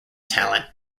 talent